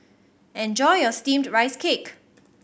enjoy your Steamed Rice Cake